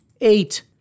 eight